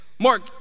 Mark